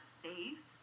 safe